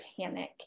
panic